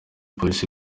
polisi